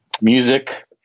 music